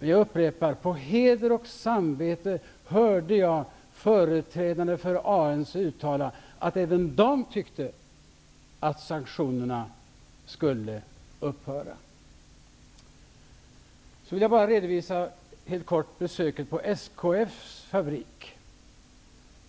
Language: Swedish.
Jag upprepar: På heder och samvete hörde jag företrädare för ANC uttala att även de tyckte att sanktionerna borde upphöra. Jag vill sedan helt kort redovisa besöket på SKF:s fabrik.